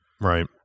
Right